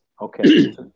Okay